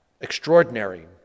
extraordinary